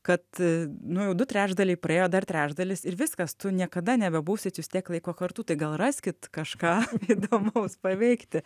kad nu jau du trečdaliai praėjo dar trečdalis ir viskas tu niekada nebebūsit tiek laiko kartu tai gal raskit kažką įdomaus paveikti